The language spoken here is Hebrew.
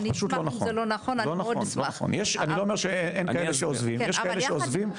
אני לא אומר שאין כאלה שעוזבים, יש כאלה שעוזבים.